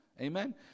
Amen